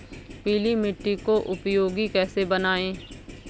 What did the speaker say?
पीली मिट्टी को उपयोगी कैसे बनाएँ?